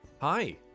Hi